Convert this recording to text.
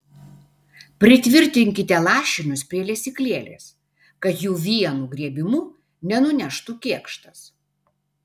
pritvirtinkite lašinius prie lesyklėlės kad jų vienu griebimu nenuneštų kėkštas